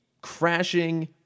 crashing